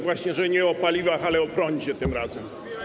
Właśnie że nie o paliwach, ale o prądzie tym razem.